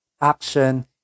action